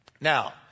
Now